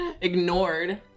ignored